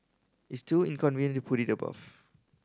it's too inconvenient to put it above